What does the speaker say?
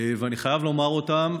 ואני חייב לומר אותם.